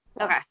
Okay